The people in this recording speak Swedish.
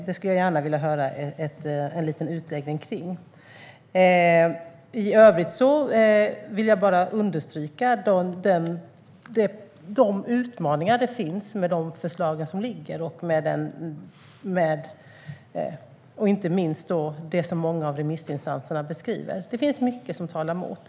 Det skulle jag gärna vilja höra en liten utläggning kring. I övrigt vill jag bara understryka de utmaningar som finns med de förslag som föreligger. Det gäller inte minst det som många av remissinstanserna beskriver. Det finns mycket som talar emot.